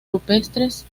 rupestres